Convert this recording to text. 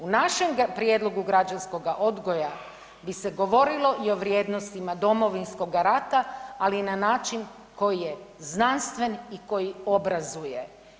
U našem prijedlogu građanskoga odgoja bi se govorilo i o vrijednostima Domovinskoga rata ali na način koji je znanstven i koji obrazuje.